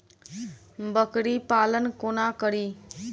बकरी पालन कोना करि?